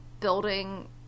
building